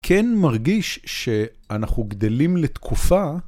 כן מרגיש, שאנחנו גדלים לתקופה.